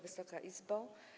Wysoka Izbo!